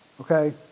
okay